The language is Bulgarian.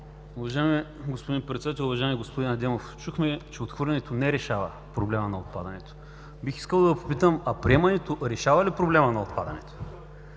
Уважаеми господин Председател! Уважаеми господин Адемов, чухме, че отхвърлянето не решава проблема на отпадането. Бих искал да Ви попитам: а приемането решава ли проблема на отпадането?